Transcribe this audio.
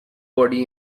body